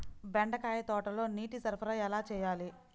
బెండకాయ తోటలో నీటి సరఫరా ఎలా చేయాలి?